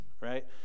Right